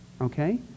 Okay